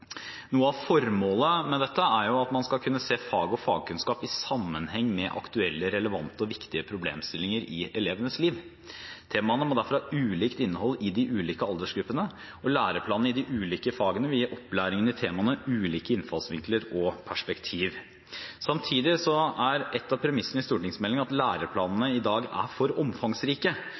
Noe av formålet med dette er at man skal kunne se fag og fagkunnskap i sammenheng med aktuelle, relevante og viktige problemstillinger i elevenes liv. Temaene må derfor ha ulikt innhold for de ulike aldersgruppene, og læreplanene i de ulike fagene vil gi opplæringen i temaene ulike innfallsvinkler og perspektiv. Samtidig er et av premissene i stortingsmeldingen at læreplanene i dag er for omfangsrike.